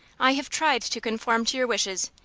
i have tried to conform to your wishes,